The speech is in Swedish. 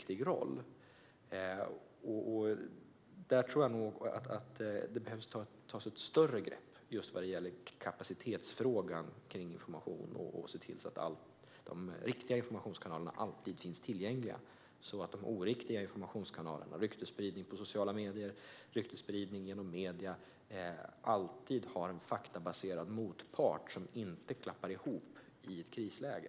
När det gäller information tror jag att man behöver ta ett större grepp vad gäller just kapacitetsfrågan, så att man ser till att de riktiga informationskanalerna alltid finns tillgängliga. De oriktiga informationskanalerna, ryktesspridning på sociala medier och ryktesspridning genom medierna, ska alltid ha en faktabaserad motpart som inte klappar ihop i ett krisläge.